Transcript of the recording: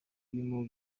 irimo